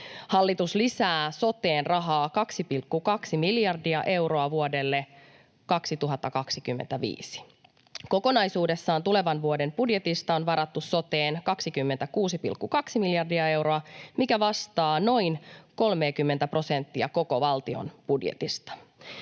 Hallitus lisää soteen rahaa 2,2 miljardia euroa vuodelle 2025. Kokonaisuudessaan tulevan vuoden budjetista on varattu soteen 26,2 miljardia euroa, mikä vastaa noin 30:tä prosenttia koko valtion budjetista.